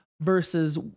Versus